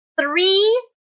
three